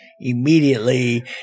immediately